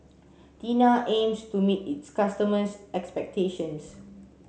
Tena aims to meet its customers' expectations